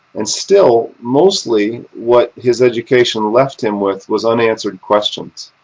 and still mostly what his education left him with was unanswered questions.